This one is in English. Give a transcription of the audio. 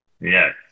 Yes